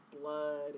blood